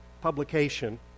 publication